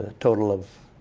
total of